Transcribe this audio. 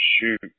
Shoot